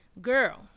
Girl